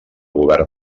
govern